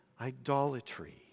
idolatry